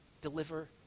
deliver